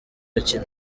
akina